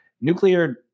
nuclear